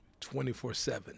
24/7